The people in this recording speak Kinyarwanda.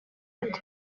ati